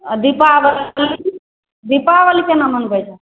आ दीपाबली दीपाबली केना मनबै छौ